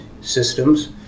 systems